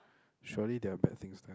surely there are bad things there